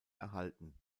erhalten